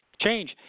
change